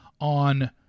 on